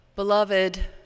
Beloved